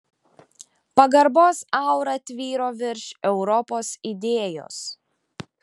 pagarbos aura tvyro virš europos idėjos